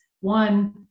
one